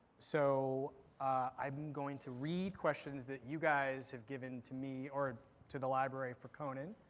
so i'm going to read questions that you guys have given to me or to the library for conan.